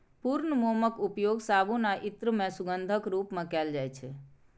पूर्ण मोमक उपयोग साबुन आ इत्र मे सुगंधक रूप मे कैल जाइ छै